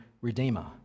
redeemer